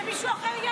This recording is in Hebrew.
שמישהו אחר יעלה.